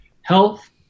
health